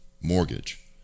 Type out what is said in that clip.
mortgage